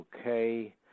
okay